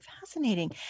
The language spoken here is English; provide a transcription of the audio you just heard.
fascinating